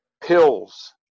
pills